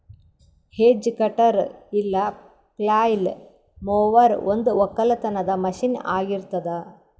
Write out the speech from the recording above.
hedge cutter ಇಲ್ಲ flail mower ಒಂದು ಒಕ್ಕಲತನದ ಮಷೀನ್ ಆಗಿರತ್ತುದ್